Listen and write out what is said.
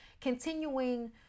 continuing